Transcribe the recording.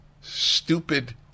stupid